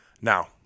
Now